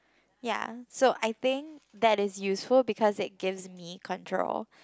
ya so I think that is useful because it gives me control